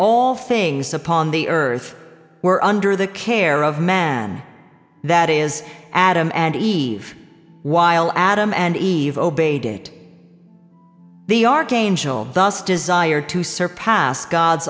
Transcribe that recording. all things upon the earth were under the care of man that is adam and eve while adam and eve obeyed it the archangel thus desired to surpass god's